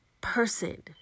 person